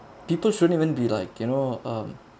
people shouldn't even be like you know um